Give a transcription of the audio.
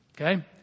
Okay